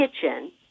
kitchen